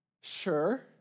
Sure